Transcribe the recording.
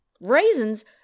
Raisins